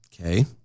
Okay